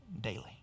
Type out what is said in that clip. daily